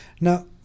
Now